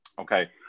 Okay